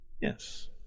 Yes